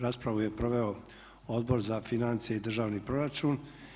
Raspravu je proveo Odbor za financije i državni proračun.